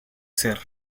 ser